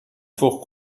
fort